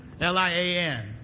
L-I-A-N